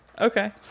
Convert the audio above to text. Okay